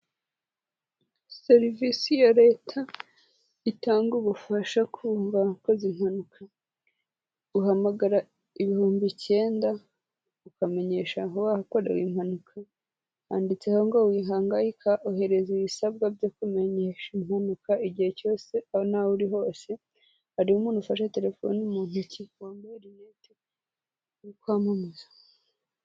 Serivisi ya leta itanga ubufasha kumva abakoze impanuka. Uhamagara ibihumbi icyenda ukamenyesha aho wakoreye impanuka, handitseho ngo wihangayika ohereza ibisabwa byo kumenyesha impanuka igihe cyose aho waba uri hose, harimo umuntu ufashe telefoni mu ntoki wambaye rinete uri kwamamaza.